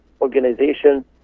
Organization